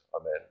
Amen